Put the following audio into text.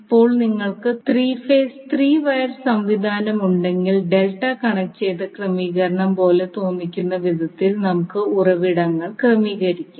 ഇപ്പോൾ നിങ്ങൾക്ക് 3 phase 3 wire സംവിധാനവുമുണ്ടെങ്കിൽ ഡെൽറ്റ കണക്റ്റു ചെയ്ത ക്രമീകരണം പോലെ തോന്നിക്കുന്ന വിധത്തിൽ നമുക്ക് ഉറവിടങ്ങൾ ക്രമീകരിക്കാം